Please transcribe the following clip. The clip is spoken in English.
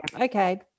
okay